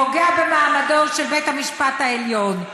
פוגע במעמדו של בית המשפט העליון.